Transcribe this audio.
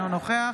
אינו נוכח